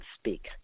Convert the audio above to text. speak